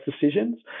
decisions